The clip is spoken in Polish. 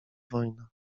wojna